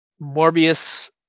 morbius